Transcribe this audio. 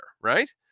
right